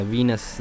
Venus